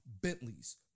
Bentleys